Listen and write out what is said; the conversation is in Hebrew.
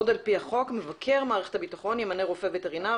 עוד על פי החוק מבקר מערכת הביטחון ימנה רופא וטרינר